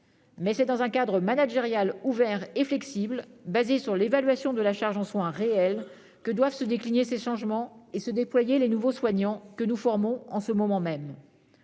mais c'est dans un cadre managérial ouvert et flexible, basé sur l'évaluation de la charge en soins réelle, que doivent se décliner ces changements et se déployer les nouveaux soignants que nous formons en ce moment même.